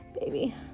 baby